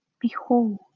behold